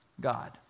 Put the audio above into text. God